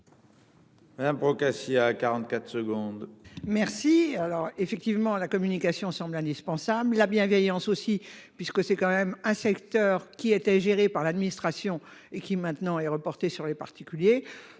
Madame Procaccia à 44 secondes. Merci. Alors effectivement la communication semble indispensable, la bienveillance aussi puisque c'est quand même un secteur qui était géré par l'administration et qui maintenant est reportée sur les particuliers.